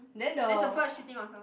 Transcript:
there's a bird shitting on her